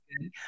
good